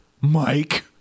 Mike